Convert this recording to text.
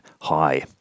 high